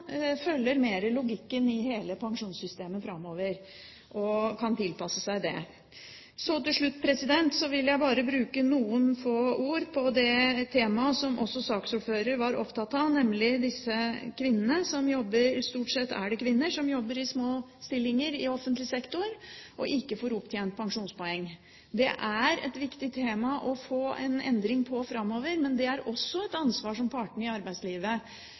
følger mer logikken i hele pensjonssystemet framover og kan tilpasse seg det. Til slutt vil jeg bare bruke noen få ord på det temaet som også saksordføreren var opptatt av, nemlig disse kvinnene – stort sett er det kvinner som jobber i små stillinger i offentlig sektor – som ikke får opptjent pensjonspoeng. Det er et viktig tema å få en endring av dette framover, men det er også et ansvar som partene i arbeidslivet